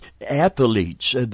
athletes